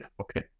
okay